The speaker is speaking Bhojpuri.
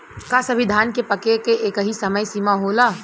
का सभी धान के पके के एकही समय सीमा होला?